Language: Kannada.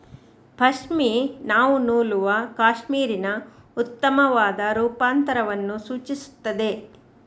ಪಶ್ಮಿನಾವು ನೂಲುವ ಕ್ಯಾಶ್ಮೀರಿನ ಉತ್ತಮವಾದ ರೂಪಾಂತರವನ್ನು ಸೂಚಿಸುತ್ತದೆ